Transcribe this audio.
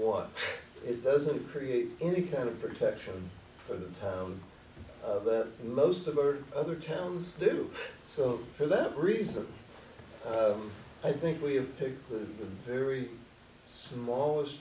want it doesn't create any kind of protection for the time that most of our other towns do so for that reason i think we have picked the very smallest